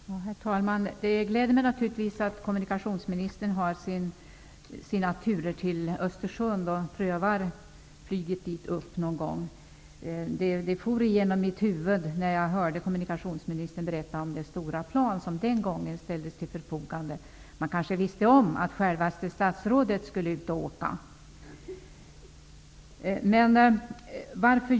Herr talman! Det gläder mig naturligtvis att kommunikationsministern har sina turer till Östersund och prövar flyget dit upp någon gång. Det for igenom mitt huvud när jag hörde kommunikationsministern berätta om det stora plan som den gången ställdes till förfogande: Man kanske visste om att självaste statsrådet skulle ut och åka.